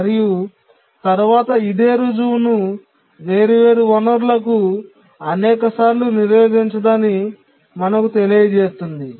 మరియు తరువాత ఇదే రుజువును వేర్వేరు వనరులకు అనేకసార్లు నిరోధించదని మనకు తెలియజేస్తుంది